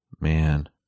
Man